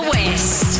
West